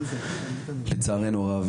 לצערנו הרב,